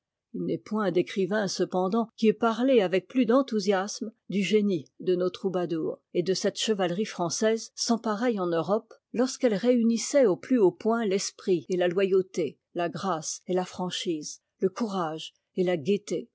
il n'est point d'écrivains cependant qui aient parlé avec plus d'enthousiasme du génie de nos troubadours et de cette chevalerie française sans pareille en europe lorsqu'elle réunissait au plus haut point l'esprit et la loyauté la grâce et la franchise le courage et la gaieté